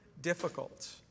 difficult